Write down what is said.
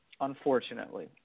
unfortunately